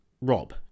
Rob